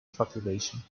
population